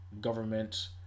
government